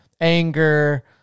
anger